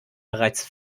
bereits